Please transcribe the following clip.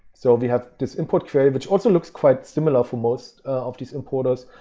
so we have this import query, which also looks quite similar for most of these importers.